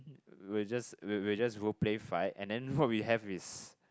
we were just we we were just role play fight and then what we have is